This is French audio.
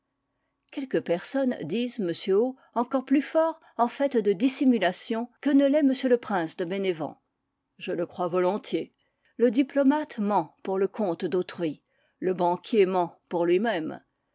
quelques personnes disent m o encore plus fort en fait de dissimulation que ne l'est m le prince de bénévent je le crois volontiers le diplomate ment pour le compte d'autrui le banquier ment pour lui-même